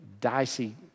dicey